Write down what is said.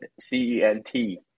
c-e-n-t